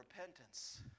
repentance